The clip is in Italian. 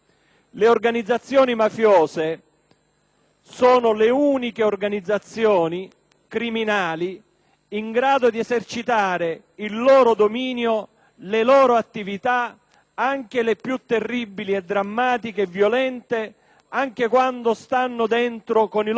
sono le uniche organizzazioni criminali in grado di esercitare il loro dominio, le loro attività, anche le più terribili, drammatiche e violente, anche quando i loro boss si trovano all'interno del sistema carcerario.